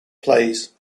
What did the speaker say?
plays